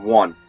one